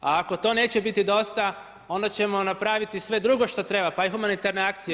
A ako to neće biti dosta, onda ćemo napraviti sve drugo što treba, pa i humanitarne akcije.